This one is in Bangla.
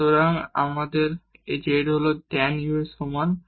সুতরাং আমাদের z হল tan u এর সমান